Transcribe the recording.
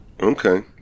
Okay